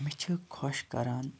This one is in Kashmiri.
مےٚ چھِ خۄش کَران